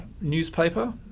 newspaper